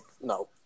No